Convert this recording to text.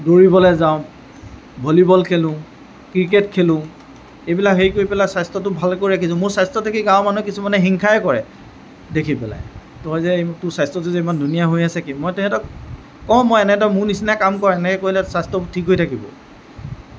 দৌৰিবলৈ যাওঁ ভলিবল খেলোঁ ক্ৰীকেট খেলোঁ এইবিলাক হেৰি কৰি পেলাই স্বাস্থ্যটো ভালকৈ ৰাখিছোঁ মোৰ স্বাস্থ্য দেখি গাঁৱৰ মানুহ কিছুমানে হিংসাই কৰে দেখি পেলাই তই যে তোৰ স্বাস্থ্যটো যে ইমান ধুনীয়া হৈ আছে কি মই তেহেঁতক কওঁ মই এনেদৰে মোৰ নিচিনা কাম কৰ এনেকৈ কৰিলে স্বাস্থ্য ঠিক হৈ থাকিব